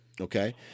okay